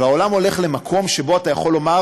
העולם הולך למקום שבו אתה יכול לומר